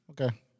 Okay